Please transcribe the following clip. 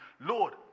Lord